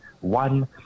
one